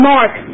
Mark